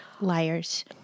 liars